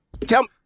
tell